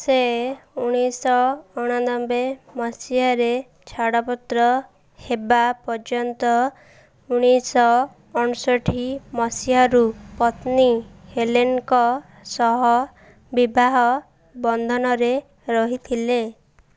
ସେ ଉଣେଇଶଶହ ଅଣାନବେ ମସିହାରେ ଛାଡ଼ପତ୍ର ହେବା ପର୍ଯ୍ୟନ୍ତ ଉଣେଇଶଶହ ଅଣଷଠି ମସିହାରୁ ପତ୍ନୀ ହେଲେନ୍ଙ୍କ ସହ ବିବାହ ବନ୍ଧନରେ ରହିଥିଲେ